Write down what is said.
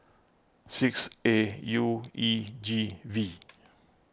six A U E G V